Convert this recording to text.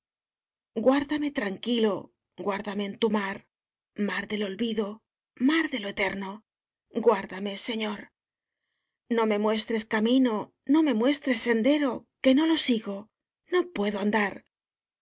guárdame tranquilo guárdame en tu mar mar del olvido mar de lo eterno guarda me señor no me muestres camino no me muestres sendero que no lo sigo no puedo andar